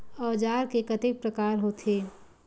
औजार के कतेक प्रकार होथे?